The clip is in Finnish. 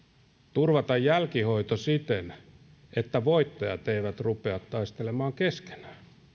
turvata jälkihoito siten että voittajat eivät rupea taistelemaan keskenään